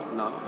no